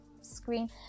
screen